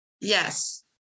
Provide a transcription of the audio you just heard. Yes